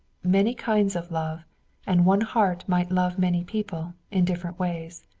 many kinds of love and one heart might love many people, in different ways.